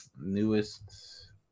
Newest